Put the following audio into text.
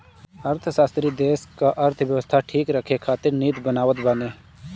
अर्थशास्त्री देस कअ अर्थव्यवस्था ठीक रखे खातिर नीति बनावत बाने